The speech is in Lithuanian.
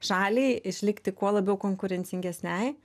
šaliai išlikti kuo labiau konkurencingesnei